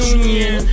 Union